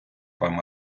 вам